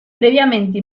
previamente